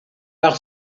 par